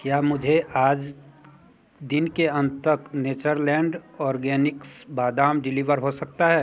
क्या मुझे आज दिन के अंत तक नेचरलैंड ऑर्गेनिक्स बादाम डिलीवर हो सकता है